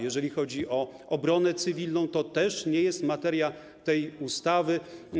Jeżeli chodzi o obronę cywilną, to też nie jest materia tej ustawy.